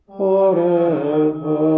forever